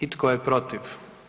I tko je protiv?